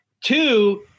two